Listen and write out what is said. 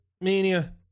mania